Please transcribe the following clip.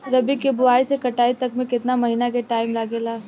रबी के बोआइ से कटाई तक मे केतना महिना के टाइम लागेला?